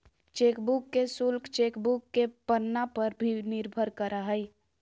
chequebook के शुल्क chequebook के पन्ना पर भी निर्भर करा हइ